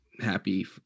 happy